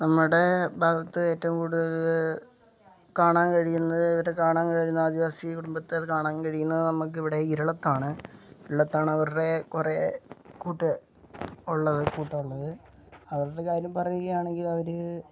നമ്മുടെ ഭാഗത്ത് ഏറ്റവും കൂടുതല് കാണാൻ കഴിയുന്നത് ഇവിടെ കാണാൻ കഴിയുന്ന ആദിവാസി കുടുംബത്തെ കാണാൻ കഴിയുന്നത് നമുക്ക് ഇവിടെ ഇരളത്താണ് ഇരളത്താണ് അവരുടെ കുറെ കൂട്ട് ഉള്ളത് കൂട്ട് ഉള്ളത് അവരുടെ കാര്യം പറയുകയാണെങ്കില് അവര്